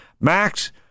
Max